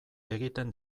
egiten